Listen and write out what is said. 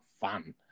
fun